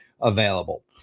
available